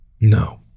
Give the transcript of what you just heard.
No